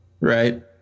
right